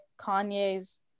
Kanye's